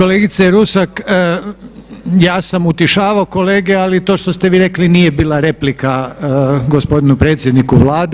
Kolegice Rusak, ja sam utišavao kolege, ali to što ste vi rekli nije bila replika gospodinu predsjedniku Vlade.